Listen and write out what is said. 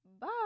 Bye